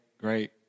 great